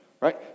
right